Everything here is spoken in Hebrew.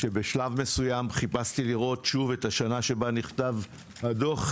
ובשלב מסוים חיפשתי לראות מה השנה בה נכתב הדוח.